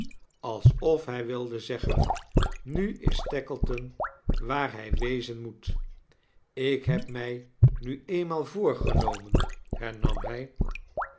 alsof hij wilde zeggen nu is tackleton waar hij wezen moet i ik heb mij nu eenmaal voorgenomen hemam hij